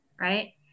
right